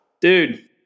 dude